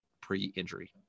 pre-injury